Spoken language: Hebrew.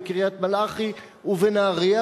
בקריית-מלאכי ובנהרייה,